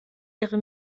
ihre